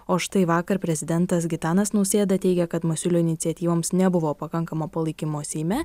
o štai vakar prezidentas gitanas nausėda teigė kad masiulio iniciatyva nebuvo pakankamo palaikymo seime